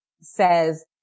says